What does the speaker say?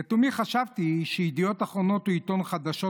לתומי חשבתי שידיעות אחרונות הוא עיתון חדשות